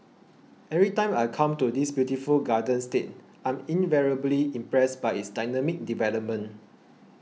every time I come to this beautiful garden state I'm invariably impressed by its dynamic development